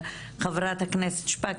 חברת הכנסת שפק,